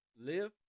live